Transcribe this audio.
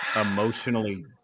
emotionally